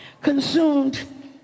consumed